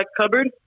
cupboard